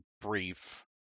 brief